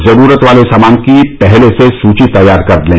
जरूरत वाले सामान की पहले से सूची तैयार कर लें